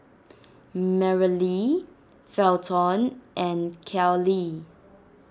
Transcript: Merrilee Felton and Kellee